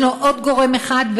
ישנו עוד גורם אחד,